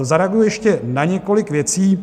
Zareaguji ještě na několik věcí.